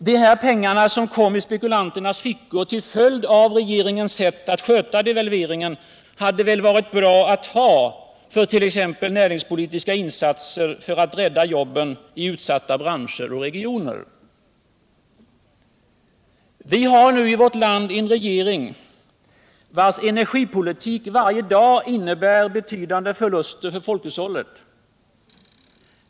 De här pengarna som kom i spekulanternas fickor till följd av regeringens sätt att sköta devalveringen hade väl varit bra att ha för t.ex. näringspolitiska insatser för att rädda jobben i utsatta branscher och regioner. Vi har nu i vårt land en regering, vars energipolitik varje dag innebär betydande förluster för folkhushållet.